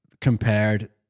compared